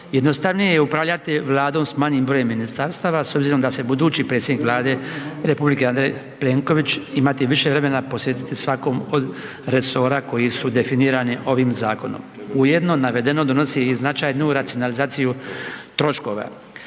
jednostavnije je upravljati vladom s manjim brojem ministarstava s obzirom da se budući predsjednik vlade republike Andrej Plenković imati više vremena posvetiti svakom od resora koji su definirani ovim zakonom. Ujedno navedeno donosi i značajnu racionalizaciju troškova.